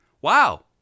Wow